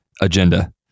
agenda